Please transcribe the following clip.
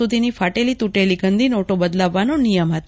સુધીની ફાટેલી તૂટેલી ગંદીનટો બદલાવવાનો નિયમ હતો